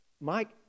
Mike